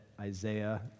Isaiah